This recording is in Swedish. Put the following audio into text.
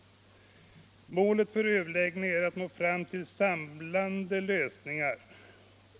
Målet för överläggningarna är att nå fram till samlande lösningar.